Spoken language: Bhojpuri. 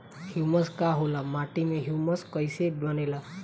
ह्यूमस का होला माटी मे ह्यूमस कइसे बनेला?